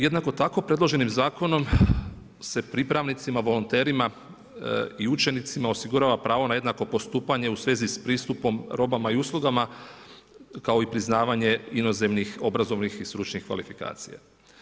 Jednako tako, predloženim Zakonom se pripravnicima volonterima i učenicima osigurava pravo na jednako postupanje u svezi s pristupom robama i uslugama, kao i priznavanje inozemnih obrazovnih i stručnih kvalifikacija.